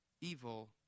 evil